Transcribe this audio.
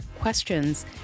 questions